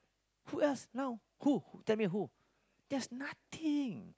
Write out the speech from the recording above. who else now who tell me who there's nothing